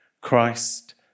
Christ